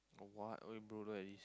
or what !oi! bro look at this